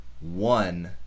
One